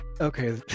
okay